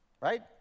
Right